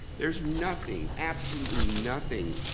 there's nothing, absolutely nothing,